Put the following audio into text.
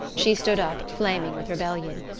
she stood up, flaming with rebellion.